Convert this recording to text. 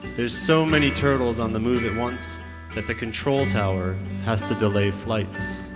there are so many turtles on the move at once that the control tower has to delay flights.